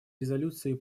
резолюции